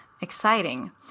exciting